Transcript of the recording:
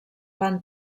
van